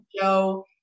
Joe